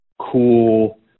cool